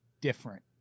different